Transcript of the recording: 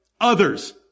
others